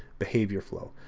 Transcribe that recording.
behavior flow.